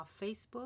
Facebook